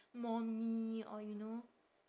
more me or you know